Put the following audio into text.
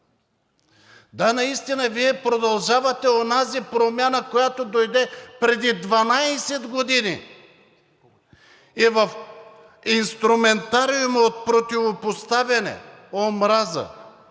Да, наистина, Вие продължавате онази промяна, която дойде преди 12 години, и в инструментариума от противопоставяне, омраза,